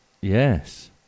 Yes